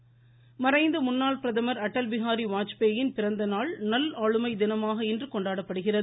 வாஜ்பாய் மறைந்த முன்னாள் பிரதமர் அடல் பிஹாரி வாஜ்பேயின் பிறந்த நாள் நல் ஆளுமை தினமாக இன்று கொண்டாடப்படுகிறது